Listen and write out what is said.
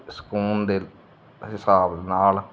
ਸਕੂਨ ਦੇ ਹਿਸਾਬ ਨਾਲ